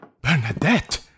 Bernadette